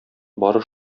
бары